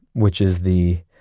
which is the,